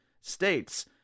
states